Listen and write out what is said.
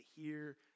hear